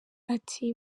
ati